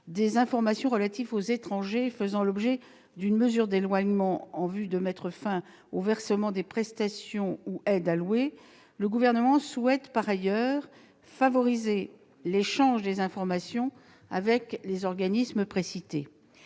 des informations relatives aux étrangers faisant l'objet d'une mesure d'éloignement en vue de mettre fin aux versements des prestations ou aides allouées, le Gouvernement souhaite par ailleurs favoriser l'échange des informations avec les organismes précités.